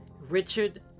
Richard